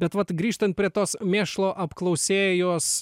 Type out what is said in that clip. bet vat grįžtant prie tos mėšlo apklausėjos